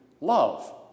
love